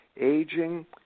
Aging